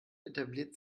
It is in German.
etabliert